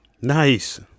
Nice